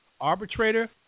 arbitrator